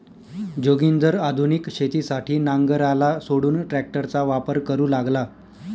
जोगिंदर आधुनिक शेतीसाठी नांगराला सोडून ट्रॅक्टरचा वापर करू लागला